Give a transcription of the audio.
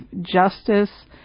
justice